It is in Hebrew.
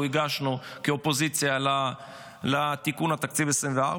הגשנו כאופוזיציה לתיקון תקציב 2024,